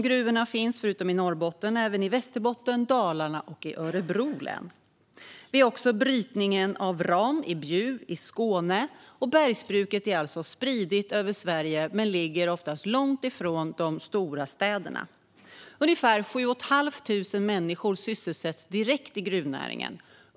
Gruvorna finns förutom i Norrbotten i Västerbotten, Dalarna och Örebro län. Vi har också brytningen av eldfast lera i Bjuv i Skåne. Bergsbruket är alltså spritt över Sverige men ligger ofta långt ifrån de stora städerna. Ungefär 7 500 människor sysselsätts direkt i gruvnäringen.